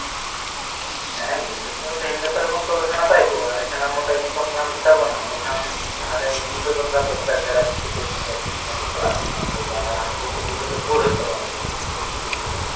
ᱦᱮᱸ ᱜᱤᱨᱟᱹ ᱫᱚ ᱛᱮᱦᱮᱧ ᱜᱟᱯᱟ ᱨᱮᱵᱚᱱ ᱛᱚᱞ ᱞᱮᱠᱷᱟᱱ ᱱᱟᱯᱟᱭ ᱠᱚᱜᱼᱟ ᱮᱸᱰᱮᱠᱷᱟᱱ ᱟᱢ ᱢᱚᱛᱚᱡ ᱥᱚᱢᱚᱭ ᱠᱚᱢ ᱧᱟᱢ ᱠᱮᱛᱟᱵᱚᱱᱟ ᱮᱸᱰᱮᱠᱷᱟᱱ ᱟᱢ ᱞᱟᱦᱟ ᱨᱮ ᱤᱫᱤ ᱦᱚᱴᱚ ᱫᱚᱨᱠᱟᱨ ᱛᱚ ᱵᱟᱝᱠᱷᱟᱱ ᱯᱮᱲᱟ ᱪᱤᱠᱟᱹᱛᱮᱭ ᱤᱫᱤ ᱦᱚᱴᱚᱣᱟᱭᱟ ᱵᱟᱝᱠᱷᱟᱱ ᱛᱤᱥ ᱵᱚᱱ ᱵᱟᱯᱞᱟᱜ ᱠᱟᱱᱟ ᱮ ᱵᱟᱝᱼᱟ ᱟᱨ ᱦᱟᱱᱠᱩ ᱴᱷᱮᱱ ᱜᱤᱨᱟᱹ ᱫᱚ ᱠᱳᱞ ᱦᱩᱭᱩᱜ ᱛᱟᱵᱚᱱᱟ ᱥᱮ